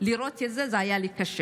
היה לי קשה